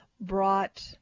brought